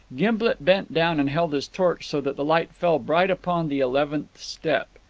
gimblet bent down and held his torch so that the light fell bright upon the eleventh step.